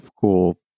cool